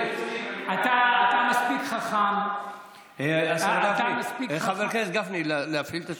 אתה מספיק חכם, חבר הכנסת גפני, להפעיל את השעון?